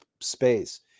space